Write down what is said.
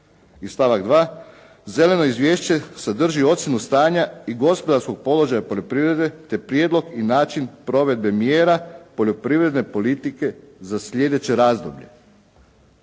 I stavak 2.: „Zeleno izvješće sadrži ocjenu stanja i gospodarskog položaja poljoprivrede te prijedlog i način provedbe mjera, poljoprivredne politike za sljedeće razdoblje.“.